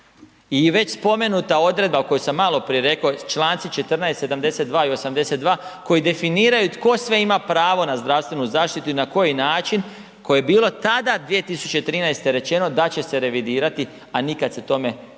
i već spomenuta odredba o kojoj sam maloprije rekao, članci 14., 72. i 82. koji definiraju tko sve ima pravo na zdravstvenu zaštitu i na koji način, koje je bilo tada 2013. rečeno da će se revidirati, a nikad se tome nije